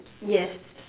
yes